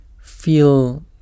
feel